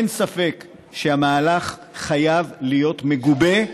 אין ספק שהמהלך חייב להיות מגובה,